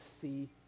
see